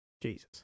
Jesus